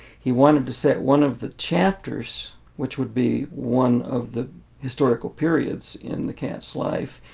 he wanted to set one of the chapters which would be one of the historical periods in the cat's life